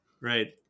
Right